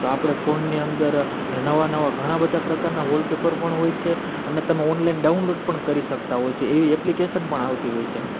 તો આપણે ફોનની અંદર ને નવા નવા ઘણા બધા પ્રકારના વોલપેપર પણ હોય છે અને તમે ઓનલાઈન ડાઉનલોડ પણ કરી શકતા હો છો એવી એપ્લિકેશન પણ આવતી હોય છે